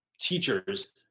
teachers